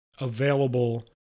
available